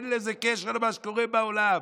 אין לזה קשר למה שקורה בעולם.